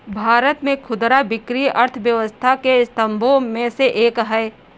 भारत में खुदरा बिक्री अर्थव्यवस्था के स्तंभों में से एक है